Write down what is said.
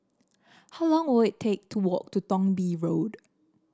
how long will it take to walk to Thong Bee Road